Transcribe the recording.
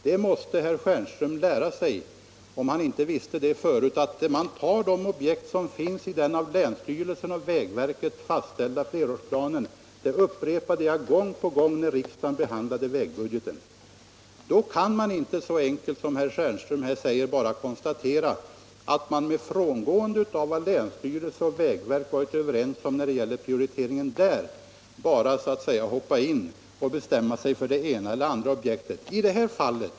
Herr Stjernström måste lära sig — om han inte vet det förut — att man tar de objekt som finns i den av länsstyrelsen och vägverket fastställda flerårsplanen. Det upprepade jag gång på gång när riksdagen behandlade vägbudgeten. Man kan inte göra det så enkelt för sig att man med frångående av vad länsstyrelsen och vägverket varit överens om när det gäller prioriteringen bara bestämmer sig för det ena eller andra objektet.